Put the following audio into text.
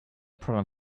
problem